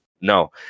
No